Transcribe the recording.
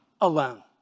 alone